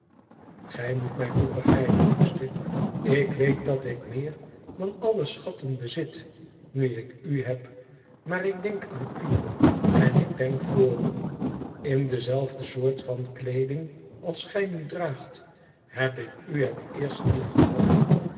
gij moet mij oed begrijpen liefste ik weet dat ik meer dan alle schatten bezit nu ik u heb maar ik denk a a n u en ik denk v o o r u in dezelfde soort van kleeding als gij nu draagt heb ik tf het eerst